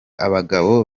abagabo